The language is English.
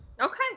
Okay